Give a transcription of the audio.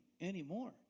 anymore